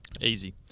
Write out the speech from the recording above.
Easy